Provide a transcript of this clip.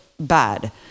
Bad